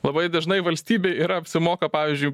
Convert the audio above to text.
labai dažnai valstybei yra apsimoka pavyzdžiui